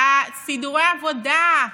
סידורי עבודה,